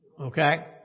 Okay